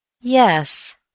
Yes